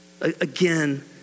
Again